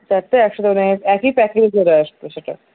চারটে একশো একই প্যাকিংয়ে চলে আসবে সেটা